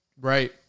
Right